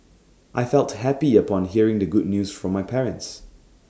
I felt happy upon hearing the good news from my parents